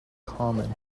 common